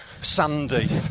sandy